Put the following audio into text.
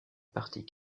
partie